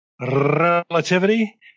relativity